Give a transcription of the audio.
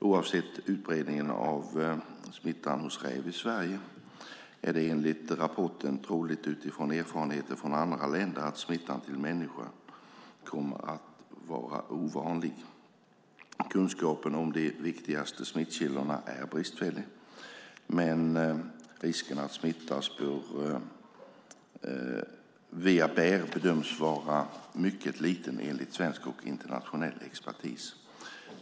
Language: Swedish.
Oavsett utbredningen av smittan hos räv i Sverige är det enligt rapporten troligt utifrån erfarenheter från andra länder att smitta till människa kommer att vara ovanlig. Kunskapen om de viktigaste smittkällorna är bristfällig, men risken att smittas via bär bedöms vara mycket liten enligt svensk och internationell expertis.